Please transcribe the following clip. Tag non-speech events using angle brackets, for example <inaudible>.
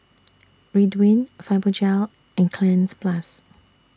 <noise> Ridwind Fibogel and Cleanz Plus